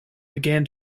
began